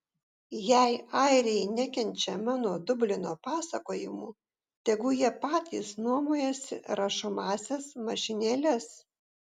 jei airiai nekenčia mano dublino pasakojimų tegu jie patys nuomojasi rašomąsias mašinėles